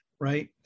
right